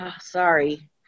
Sorry